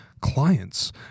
clients